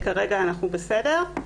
כרגע אנחנו בסדר.